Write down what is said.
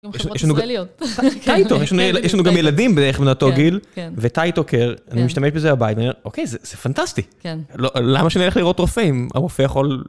גם חברות ישראליות. טייטו, יש לנו גם ילדים בערך בני אותו גיל, וטייטו קר, אני משתמש בזה בבית. אני אומר, אוקיי, זה פנטסטי, למה שאני אלך לראות רופאים? אם הרופא יכול...